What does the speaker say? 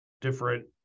different